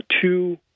two